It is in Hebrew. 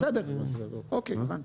בסדר, אוקיי, הבנתי.